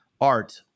art